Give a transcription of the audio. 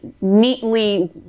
neatly